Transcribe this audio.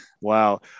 Wow